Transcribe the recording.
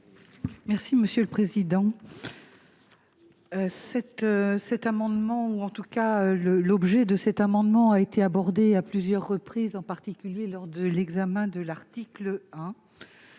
des affaires sociales ? L'objet de cet amendement a été abordé à plusieurs reprises, en particulier lors de l'examen de l'article 1.